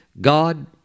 God